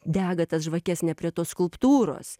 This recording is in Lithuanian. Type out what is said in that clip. dega tas žvakes ne prie tos skulptūros